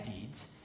deeds